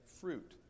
fruit